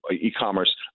e-commerce